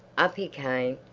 up he came,